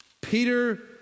Peter